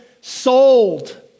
sold